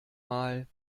mal